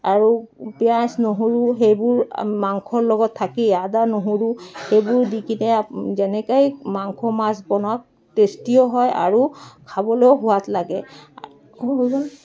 আৰু পিঁয়াজ নহৰু সেইবোৰ মাংসৰ লগত থাকি আদা নহৰু সেইবোৰ দি কিনে যেনেকেই মাংস মাছ বনাওক টেষ্টিও হয় আৰু খাবলৈও সোৱাদ লাগে